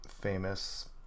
famous